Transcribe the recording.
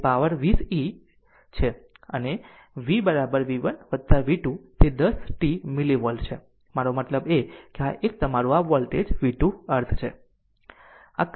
તેથી તે પાવર માટે 20 e છે હવે v v 1 વતા v 2 થી 10 t મિલી વોલ્ટ તેથી મારો મતલબ કે આ 1 તમારું આ વોલ્ટેજ v 2 અર્થ છે